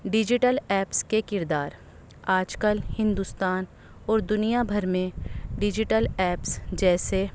digital apps کے کردار آج کل ہندوستان اور دنیا بھر میں ڈیجیٹل ایپس جیسے